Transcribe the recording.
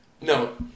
No